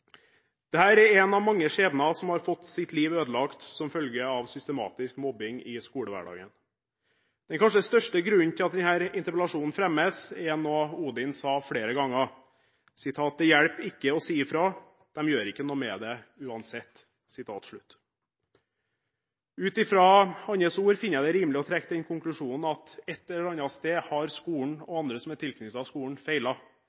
er en av mange skjebner som har fått sitt liv ødelagt som følge av systematisk mobbing i skolehverdagen. Den kanskje største grunnen til at denne interpellasjonen fremmes, er noe Odin sa flere ganger: «Det hjelper ikke å si ifra, de gjør ikke noe uansett.» Ut fra hans ord finner jeg det rimelig å trekke den konklusjonen at ett eller annet sted har skolen og andre som er tilknyttet skolen,